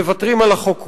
מוותרים על החוק כולו.